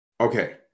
Okay